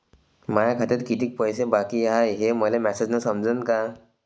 माया खात्यात कितीक पैसे बाकी हाय हे मले मॅसेजन समजनं का?